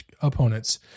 opponents